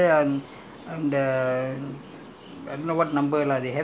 they cannot distinguish you or whether you on which side whether you're on